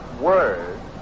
words